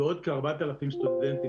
ועוד כ-4,000 סטודנטים.